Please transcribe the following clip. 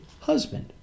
husband